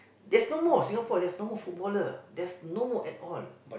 there's no more Singapore there's no more footballer there's no more at all